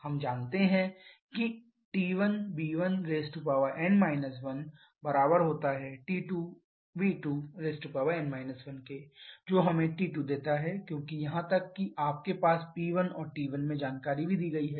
हम जानते हैं कि T1v1n 1T2v2n 1 जो हमें T2 देता है क्योंकि यहां तक कि आपके पास P1 और T1 में जानकारी भी दी गई है